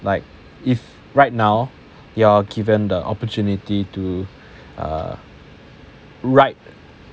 like if right now you're given the opportunity to uh write